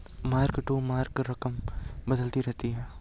mark to market रकम बदलती रहती है